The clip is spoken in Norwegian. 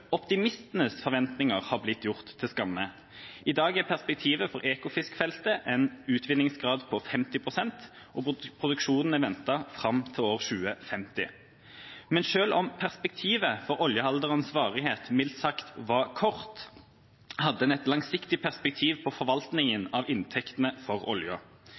optimistenes forventninger har blitt gjort til skamme: I dag er perspektivet for Ekofisk-feltet en utvinningsgrad på 50 pst., og produksjonen er ventet fram til år 2050. Men selv om perspektivet for oljealderens varighet mildt sagt var kort, hadde en et langsiktig perspektiv på forvaltninga av inntektene fra «oljå». Produksjon av olje